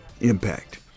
impact